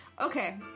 Okay